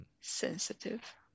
sensitive